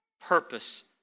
purpose